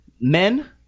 Men